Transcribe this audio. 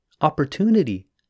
opportunity